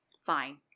fine